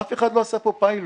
אף אחד לא עשה פה פיילוט,